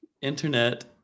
internet